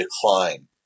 decline